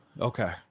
Okay